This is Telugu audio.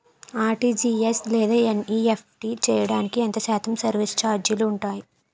ఆర్.టీ.జీ.ఎస్ లేదా ఎన్.ఈ.ఎఫ్.టి చేయడానికి ఎంత శాతం సర్విస్ ఛార్జీలు ఉంటాయి?